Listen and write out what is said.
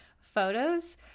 photos